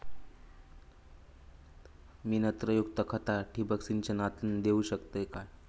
मी नत्रयुक्त खता ठिबक सिंचनातना देऊ शकतय काय?